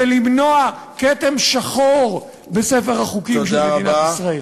ולמנוע כתם שחור בספר החוקים של מדינת ישראל.